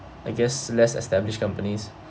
I guess less established companies